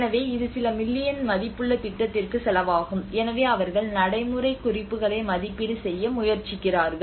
எனவே இது சில மில்லியன் மதிப்புள்ள திட்டத்திற்கு செலவாகும் எனவே அவர்கள் நடைமுறைக் குறிப்புகளை மதிப்பீடு செய்ய முயற்சிக்கிறார்கள்